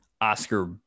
Oscar